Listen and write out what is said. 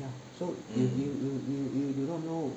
so you you you you you you do not know